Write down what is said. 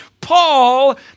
Paul